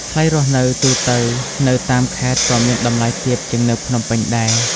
ថ្លៃរស់នៅទូទៅនៅតាមខេត្តក៏មានតម្លៃទាបជាងនៅភ្នំពេញដែរ។